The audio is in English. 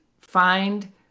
find